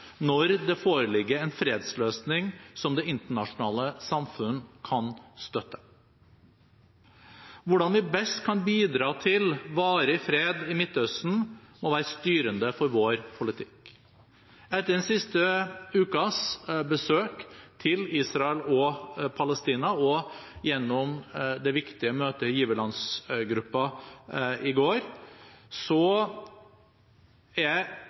når det foreligger en fredsløsning som det internasjonale samfunn kan støtte. Hvordan vi best kan bidra til varig fred i Midtøsten, må være styrende for vår politikk. Etter den siste ukens besøk til Israel og Palestina og gjennom det viktige møtet i giverlandsgruppen i går, er jeg